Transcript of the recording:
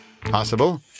Possible